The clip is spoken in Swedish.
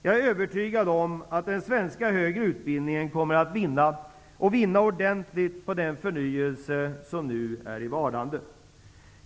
Jag är övertygad om att den svenska högre utbildningen kommer att vinna ordentligt på den förnyelse som nu är i vardande.